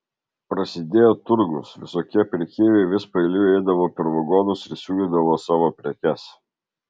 prasidėjo turgus visokie prekeiviai vis paeiliui eidavo per vagonus ir siūlydavo savo prekes